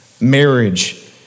marriage